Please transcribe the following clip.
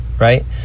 Right